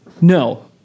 no